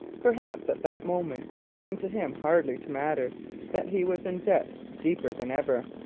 perhaps at that moment it seemed to him hardly to matter that he was in debt deeper than ever.